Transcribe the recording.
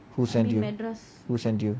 who send you who send you